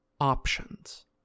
options